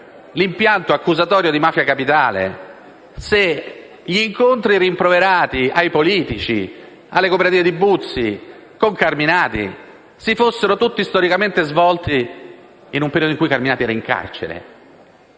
l'impianto accusatorio di Mafia capitale se gli incontri rimproverati ai politici, alle cooperative di Buzzi e con Carminati si fossero tutti storicamente svolti nel periodo in cui Carminati era in carcere?